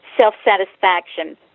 self-satisfaction